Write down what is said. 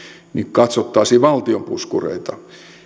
katsottaisiin valtion puskureita